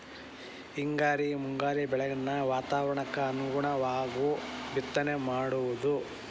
ಹಿಂಗಾರಿ ಮುಂಗಾರಿ ಬೆಳೆಗಳನ್ನ ವಾತಾವರಣಕ್ಕ ಅನುಗುಣವಾಗು ಬಿತ್ತನೆ ಮಾಡುದು